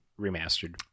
Remastered